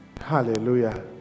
Hallelujah